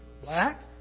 black